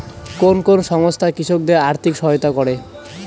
কোন কোন সংস্থা কৃষকদের আর্থিক সহায়তা করে?